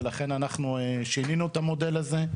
ולכן אנחנו שינינו את המודל הזה.